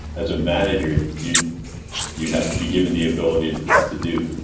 as a manager, you you have to be given the ability to do.